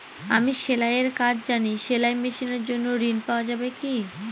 আমি সেলাই এর কাজ জানি সেলাই মেশিনের জন্য ঋণ পাওয়া যাবে কি?